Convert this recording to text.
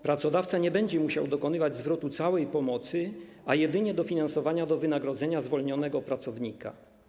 Pracodawca nie będzie musiał dokonywać zwrotu całej pomocy, ale jedynie dofinansowania do wynagrodzenia zwolnionego pracownika.